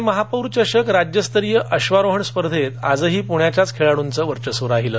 पणे महापौर चषक राज्यस्तरीय अश्वारोहण स्पर्धेत आजही पुण्याच्याच खेळाड्ंचं वर्चस्व राहीलं